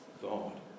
God